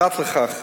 פרט לכך,